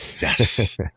Yes